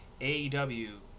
AEW